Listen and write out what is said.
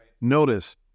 Notice